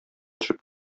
төшеп